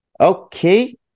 Okay